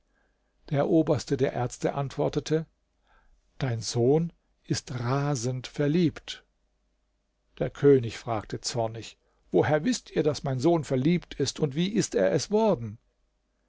der oberste der ärzte antwortete dein sohn ist rasend verliebt der könig fragte zornig woher wißt ihr daß mein sohn verliebt ist und wie ist er es worden